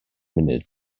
munud